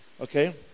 Okay